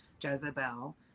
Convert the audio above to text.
Jezebel